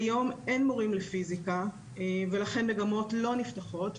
כיום אין מורים לפיזיקה ולכן מגמות לא נפתחות,